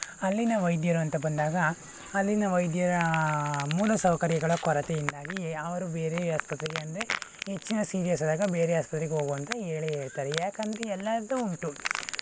ಅಲ್ಲಿನ ವೈದ್ಯರು ಅಂತ ಬಂದಾಗ ಅಲ್ಲಿನ ವೈದ್ಯರ ಮೂಲ ಸೌಕರ್ಯಗಳ ಕೊರತೆಯಿಂದಾಗಿ ಅವರು ಬೇರೆ ಆಸ್ಪತ್ರೆಗೆ ಅಂದರೆ ಹೆಚ್ಚಿನ ಸೀರಿಯಸ್ ಆದಾಗ ಬೇರೆ ಆಸ್ಪತ್ರೆಗೆ ಹೋಗು ಅಂತ ಹೇಳೇ ಹೇಳ್ತಾರೆ ಏಕೆಂದರೆ ಎಲ್ಲದೂ ಉಂಟು